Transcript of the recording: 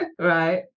right